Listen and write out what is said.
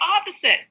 opposite